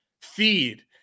feed